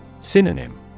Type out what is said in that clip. Synonym